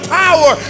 power